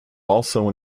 also